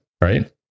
Right